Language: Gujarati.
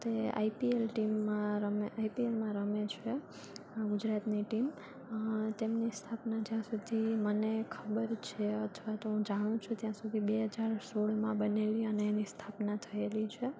તે આઈપીએલ ટીમમાં રમે આઈપીએલમાં રમે છે ગુજરાતની ટીમ તેમની સ્થાપના જ્યાં સુધી મને ખબર છે અથવા તો હું જાણું છું ત્યાં સુધી બે હજાર સોળમાં બનેલી અને એની સ્થાપના થએલી છે